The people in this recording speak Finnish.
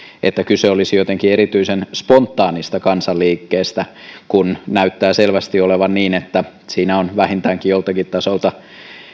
että kyse olisi jotenkin erityisen spontaanista kansanliikkeestä kun näyttää selvästi olevan niin että siinä on vähintäänkin joltakin tasolta